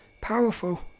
powerful